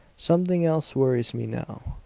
something else worries me now.